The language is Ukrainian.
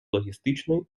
логістичної